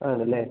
ആണല്ലേ